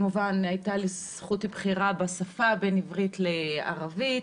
הייתה לי זכות בחירה בשפה בין עברית לערבית,